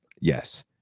Yes